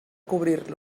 cobrir